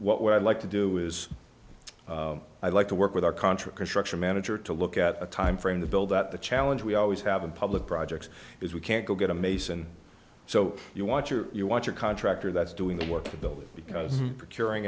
so what i'd like to do is i'd like to work with our contra construction manager to look at a time frame to build that the challenge we always have in public projects is we can't go get a mason so you want your you want your contractor that's doing the work to build it because carrying